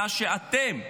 מאז שאתם,